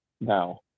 now